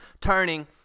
turning